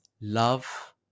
love